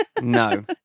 No